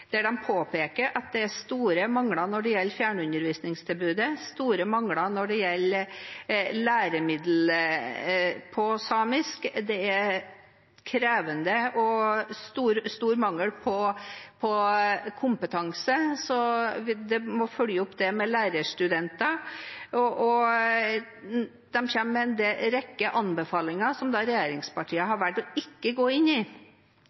der det påpekes at det er store mangler når det gjelder fjernundervisningstilbudet, og store mangler når det gjelder læremidler på samisk, at det er krevende og stor mangel på kompetanse, og at det må følges opp med lærerstudenter. De kommer med en rekke anbefalinger som regjeringspartiene har valgt ikke å gå inn i.